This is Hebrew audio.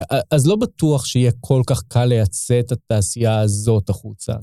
אז לא בטוח שיהיה כל כך קל לייצא את התעשייה הזאת החוצה.